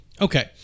Okay